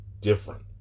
different